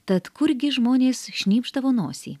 tad kurgi žmonės šnypšdavo nosį